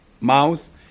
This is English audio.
mouth